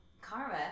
Karma